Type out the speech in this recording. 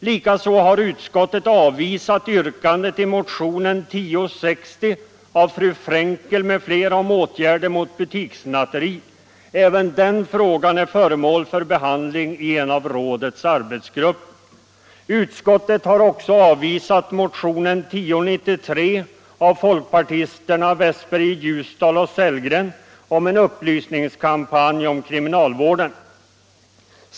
Likaså har utskottet avvisat yrkandet i motionen 1060 av fru Frenkel m.fl. om åtgärder mot butikssnatteri. Även den frågan är föremål för behandling i en av rådets arbetsgrupper. Utskottet har också avvisat motionen 1093 av folkpartisterna Westberg i Ljusdal och Sellgren om en upplysningskampanj om kriminalvården.